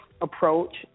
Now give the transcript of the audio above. approach